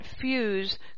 fuse